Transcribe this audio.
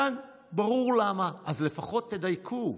כאן ברור למה, אז לפחות תדייקו.